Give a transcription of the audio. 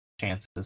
chances